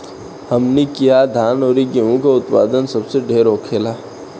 हमनी किहा धान अउरी गेंहू के उत्पदान सबसे ढेर होखेला